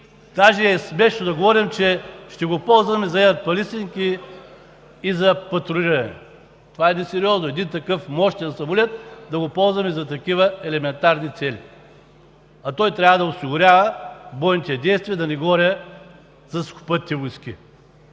Даже е смешно да говорим, че ще го ползваме за еър полисинг и за патрулиране. Това е несериозно – един такъв мощен самолет да го ползваме за такива елементарни цели. Той трябва да осигурява бойните действия, да не говоря за Сухопътните войски.